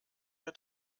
der